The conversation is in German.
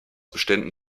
beständen